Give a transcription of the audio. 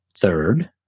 third